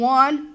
one